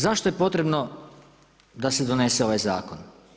Zašto je potrebno da se donese ovaj zakon?